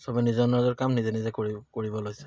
চবে নিজৰ নিজৰ কাম নিজে নিজে কৰিব লৈছে